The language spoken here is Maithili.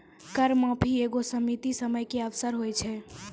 कर माफी एगो सीमित समय के अवसर होय छै